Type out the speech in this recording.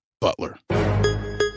Butler